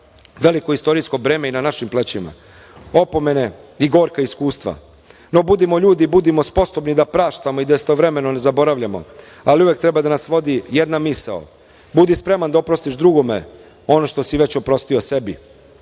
Veliko istorijsko breme je i na našim plećima, opomene i gorka iskustva. No, budimo ljudi i budimo sposobni da praštamo i da istovremeno ne zaboravljamo, ali uvek treba da nas vodi jedna misao – budi spreman da oprostiš drugome ono što si već oprostio sebi.